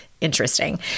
interesting